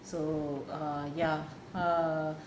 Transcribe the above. so err ya err